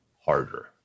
harder